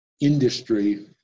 industry